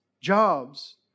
jobs